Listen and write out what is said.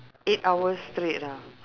eight hours straight ah